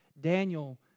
Daniel